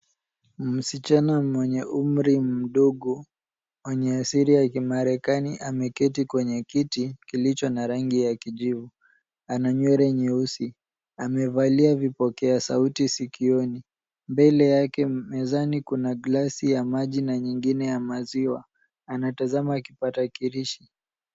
Msichana mwenye umri mdogo mwenye asili ya kimarekani ameketi kwenye kiti kilicho na rangi ya kijivu. Ana nywele nyeusi, amevalia vipokea sauti sikioni. Mbele yake mezani kuna glasi ya maji na nyingine ya maziwa. Anatazama kipatakilishi.